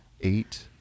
Eight